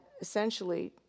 essentially